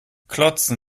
klotzen